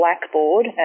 Blackboard